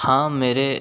हाँ मेरे